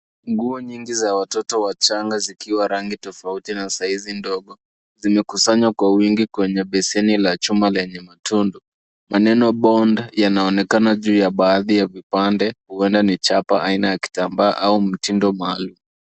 Nguo nyingi za watoto wachanga zikiwa rangi tofauti na saizi ndogo, zimekusanywa kwa wingi kwenye beseni la chuma lenye matundu. Maneno bond yanaonekana juu ya baadhi ya vipande huenda ni chapa, aina ya kitambaa au mtindo maalum.